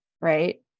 right